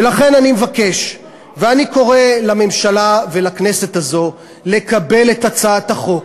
ולכן אני מבקש ואני קורא לממשלה ולכנסת הזאת לקבל את הצעת החוק.